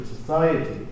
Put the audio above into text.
society